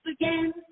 again